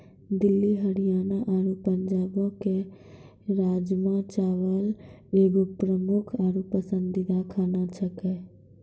दिल्ली हरियाणा आरु पंजाबो के राजमा चावल एगो प्रमुख आरु पसंदीदा खाना छेकै